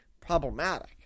problematic